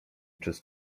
przez